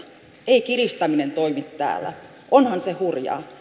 ei kiristäminen toimi täällä onhan se hurjaa